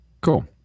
cool